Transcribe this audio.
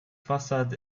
façade